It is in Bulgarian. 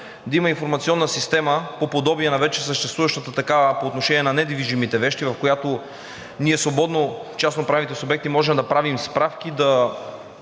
да има информационна система по подобие на вече съществуващата такава по отношение на недвижимите вещи, в която ние – свободно частноправните субекти, можем да правим справки, да